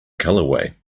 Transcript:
colorway